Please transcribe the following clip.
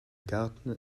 garten